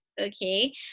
okay